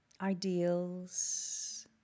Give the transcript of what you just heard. ideals